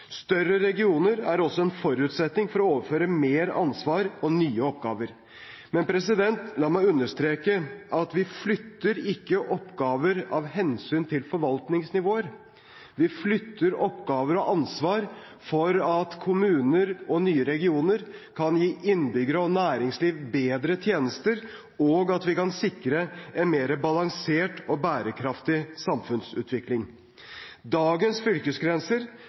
Større regioner er også en forutsetning for å overføre mer ansvar og nye oppgaver. Men la meg understreke at vi flytter ikke oppgaver av hensyn til forvaltningsnivåer. Vi flytter oppgaver og ansvar for at kommuner og nye regioner kan gi innbyggere og næringsliv bedre tjenester, og for at vi kan sikre en mer balansert og bærekraftig samfunnsutvikling. Dagens fylkesgrenser